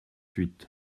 huit